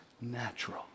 natural